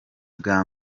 bwa